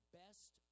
best